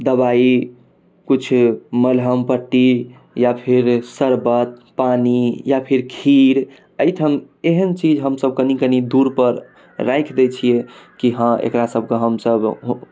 दबाइ कुछ मल्हम पट्टी या फेर शर्बत पानी या फिर खीर अइ ढंग के एहन चीज हमसब कनि टूर पर राइख देइ छियै एकरा सबकेँ हमसब